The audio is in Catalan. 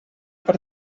per